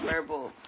verbal